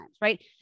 Right